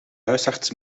huisarts